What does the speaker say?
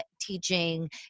teaching